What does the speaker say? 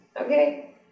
Okay